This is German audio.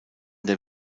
der